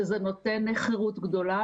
שזה נותן חירות גדולה.